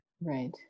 Right